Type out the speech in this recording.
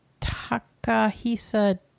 Takahisa